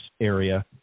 area